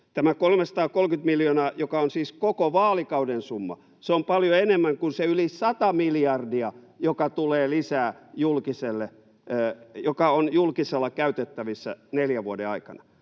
Tämä 330 miljoonaa, joka on siis koko vaalikauden summa, on paljon enemmän kuin se yli sata miljardia, joka on julkisella käytettävissä neljän vuoden aikana.